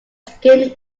skin